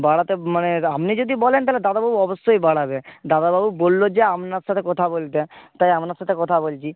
বাড়াতে মানে আপনি যদি বলেন তাহলে দাদাবাবু অবশ্যই বাড়াবে দাদাবাবু বলল যে আপনার সাথে কথা বলতে তাই আপনার সাথে কথা বলছি